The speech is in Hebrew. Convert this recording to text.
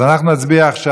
אז אנחנו נצביע עכשיו.